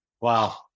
Wow